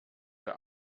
der